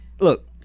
Look